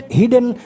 hidden